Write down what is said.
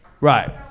Right